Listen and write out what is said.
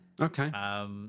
Okay